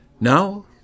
Now